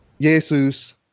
Jesus